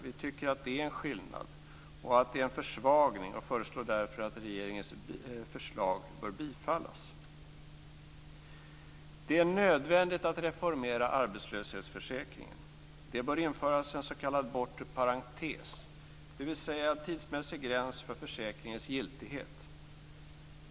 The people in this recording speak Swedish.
Vi tycker att det är en skillnad och en försvagning och föreslår därför att regeringens förslag bör bifallas. Det är nödvändigt att reformera arbetslöshetsförsäkringen. Det bör införas en s.k. bortre parentes, dvs. en tidsmässig gräns för försäkringens giltighet.